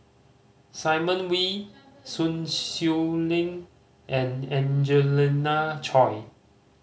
Simon Wee Sun Xueling and Angelina Choy